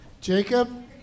Jacob